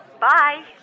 Bye